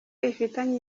ifitanye